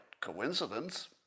coincidence